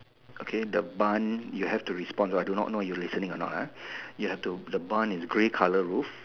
okay the bun you have to respond so I do not know you listening or not ah you have to the bun is grey colour roof